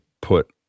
put